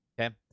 Okay